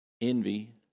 envy